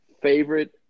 favorite